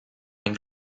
ning